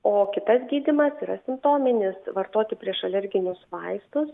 o kitas gydymas yra simptominis vartoti prieš alerginius vaistus